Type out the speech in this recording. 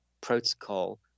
protocol